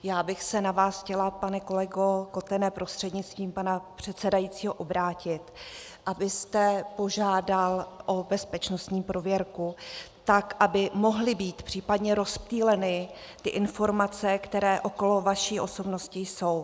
Já bych se na vás chtěla, pane kolego Kotene prostřednictvím pana předsedajícího, obrátit, abyste požádal o bezpečnostní prověrku, tak aby mohly být případně rozptýleny informace, které okolo vaší osobnosti jsou.